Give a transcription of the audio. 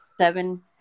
Seven